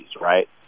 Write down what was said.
right